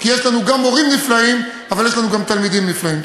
כי יש לנו גם מורים נפלאים אבל יש לנו גם תלמידים נפלאים.